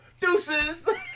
deuces